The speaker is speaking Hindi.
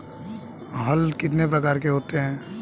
हल कितने प्रकार के होते हैं?